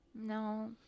No